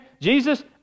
Jesus